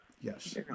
Yes